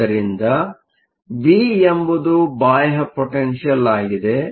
ಆದ್ದರಿಂದ ವಿ ಎಂಬುದು ಬಾಹ್ಯ ಪೊಟೆನ್ಷಿಯಲ್Potential ಆಗಿದೆ